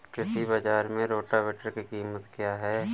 कृषि बाजार में रोटावेटर की कीमत क्या है?